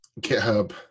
GitHub